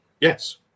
yes